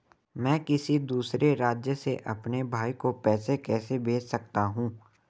मैं किसी दूसरे राज्य से अपने भाई को पैसे कैसे भेज सकता हूं?